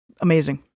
Amazing